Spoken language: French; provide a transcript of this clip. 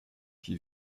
qui